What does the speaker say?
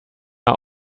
are